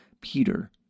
Peter